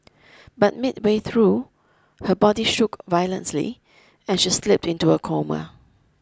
but midway through her body shook violently and she slipped into a coma